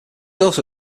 also